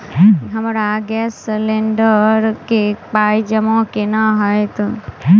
हमरा gas cylinder केँ पाई जमा केना हएत?